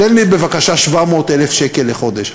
תן לי בבקשה 700,000 שקל בחודש,